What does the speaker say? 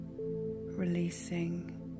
releasing